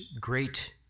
Great